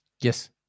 Yes